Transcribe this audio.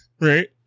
right